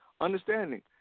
understanding